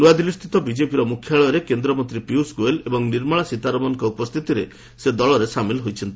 ନୂଆଦିଲ୍ଲୀ ସ୍ଥିତ ବିଜେପିର ମୁଖ୍ୟାଳୟରେ କେନ୍ଦ୍ରମନ୍ତ୍ରୀ ପିୟିଷ ଗୋୟଲ୍ ଏବଂ ନିର୍ମଳା ସୀତାରମଣଙ୍କ ଉପସ୍ଥିତିରେ ସେ ଦଳରେ ସାମିଲ ହୋଇଛନ୍ତି